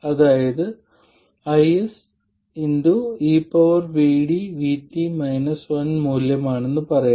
അത് IS മൂല്യമാണെന്ന് പറയാം